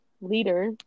leader